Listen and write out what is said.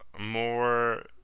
more